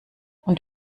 und